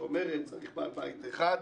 שאומרת שצריך בעל בית אחד,